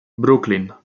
brooklyn